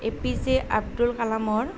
এ P J Abdul কালামৰ